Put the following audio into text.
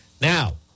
Now